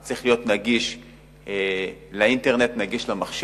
המחשב, צריך להיות נגיש לכל נער.